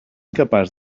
capaç